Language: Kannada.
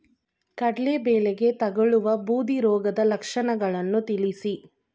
ಕಡಲೆ ಬೆಳೆಗೆ ತಗಲುವ ಬೂದಿ ರೋಗದ ಲಕ್ಷಣಗಳನ್ನು ತಿಳಿಸಿ?